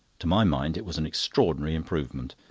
to my mind it was an extraordinary improvement,